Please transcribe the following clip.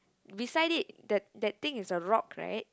beside it the that thing is a rock right